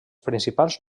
principals